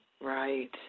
Right